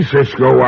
Cisco